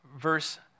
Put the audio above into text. Verse